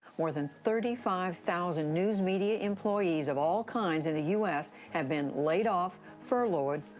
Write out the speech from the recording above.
more than thirty five thousand news media employees of all kinds in the u s. have been laid off, furloughed,